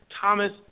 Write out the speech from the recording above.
Thomas